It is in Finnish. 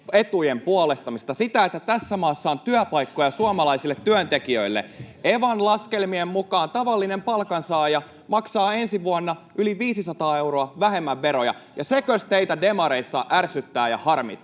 etujen puolustamista, sitä, että tässä maassa on työpaikkoja suomalaisille työntekijöille. Evan laskelmien mukaan tavallinen palkansaaja maksaa ensi vuonna yli 500 euroa vähemmän veroja, ja sekös teitä demareissa ärsyttää ja harmittaa.